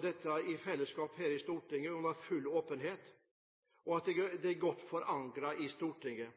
dette i fellesskap her i Stortinget under full åpenhet, og at det er godt forankret i Stortinget.